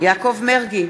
יעקב מרגי,